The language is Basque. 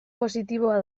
positiboa